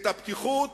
את הפתיחות